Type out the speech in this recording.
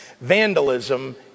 vandalism